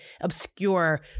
obscure